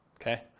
Okay